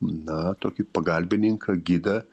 na tokį pagalbininką gidą